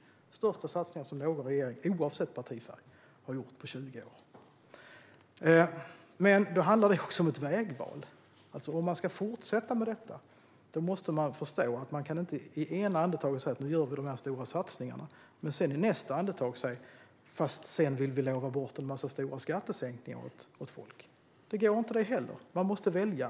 Det är den största satsning som någon regering, oavsett partifärg, har gjort på 20 år. Men det handlar också om ett vägval. Om man ska fortsätta med detta måste man förstå att man inte i ena andetaget kan säga att man nu gör de stora satsningarna och i nästa andetag säga att man har lovat bort stora skattesänkningar. Det går inte. Man måste välja.